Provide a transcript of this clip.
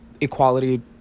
equality